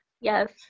yes